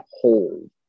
hold